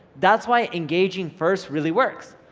that's why engaging first really works.